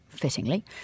fittingly